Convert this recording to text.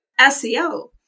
seo